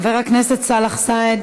חבר הכנסת סאלח סעד,